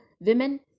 women